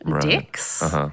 dicks